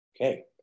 Okay